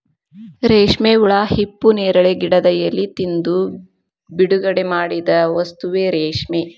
ರೇಶ್ಮೆ ಹುಳಾ ಹಿಪ್ಪುನೇರಳೆ ಗಿಡದ ಎಲಿ ತಿಂದು ಬಿಡುಗಡಿಮಾಡಿದ ವಸ್ತುವೇ ರೇಶ್ಮೆ